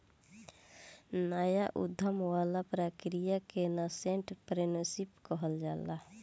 नाया उधम वाला प्रक्रिया के नासेंट एंटरप्रेन्योरशिप कहल जाला